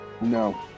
No